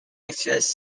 exercise